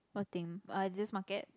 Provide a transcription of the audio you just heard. what thing uh Editor's Market